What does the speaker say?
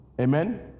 Amen